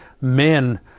men